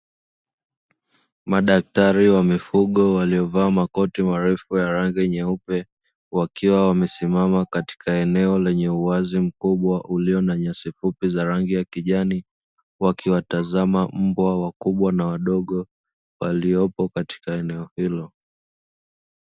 Madaktari wa mifugo waliovaa makoti marefu ya rangi nyeupe wakiwa wamesimama katika eneo lenye uwazi mkubwa ulio na nyasi fupi za rangi ya kijani, wakiwatazama mbwa wakubwa na wadogo waliopo katika eneo hilo.